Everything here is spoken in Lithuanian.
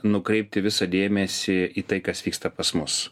nukreipti visą dėmesį į tai kas vyksta pas mus